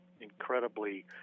incredibly